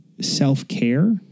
self-care